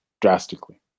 drastically